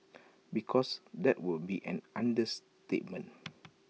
because that would be an understatement